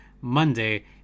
Monday